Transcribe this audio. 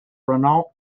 renault